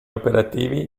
operativi